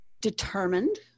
Determined